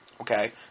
okay